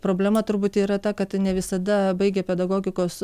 problema turbūt yra ta kad ne visada baigę pedagogikos